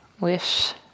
wish